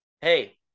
Hey